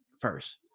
first